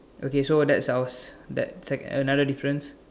okay so that's our second another difference